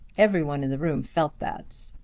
every one in the room felt that.